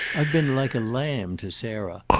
i've been like a lamb to sarah.